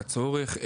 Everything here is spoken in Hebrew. לצורך?